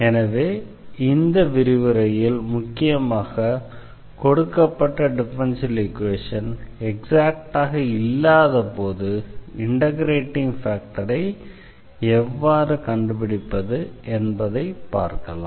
எனவே இந்த விரிவுரையில் முக்கியமாக கொடுக்கப்பட்ட டிஃபரன்ஷியல் ஈக்வேஷன் எக்ஸாக்டாக இல்லாதபோது இண்டெக்ரேட்டிங் ஃபேக்டரை எவ்வாறு கண்டுபிடிப்பது என்பதை பார்க்கலாம்